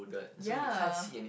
ya